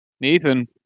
Nathan